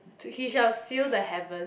to he-shall-seal-the-heaven